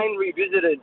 revisited